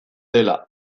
dela